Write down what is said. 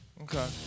Okay